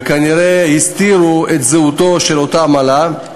וכנראה הסתירו את זהותה של אותה עמלה.